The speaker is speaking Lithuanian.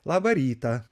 labą rytą